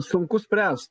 sunku spręs